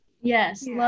Yes